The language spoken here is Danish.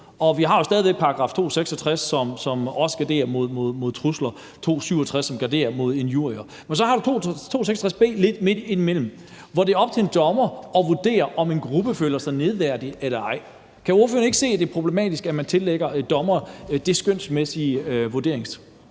Vi har jo stadig væk § 266, som også garderer mod trusler, og § 267, som garderer mod injurier, og så har du § 266 b lidt midt imellem, hvor det er op til en dommer at vurdere, om en gruppe føler sig nedværdiget eller ej. Kan ordføreren ikke se, at det er problematisk, at man tillægger en dommer det skønsmæssige vurderingspotentiale?